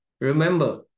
Remember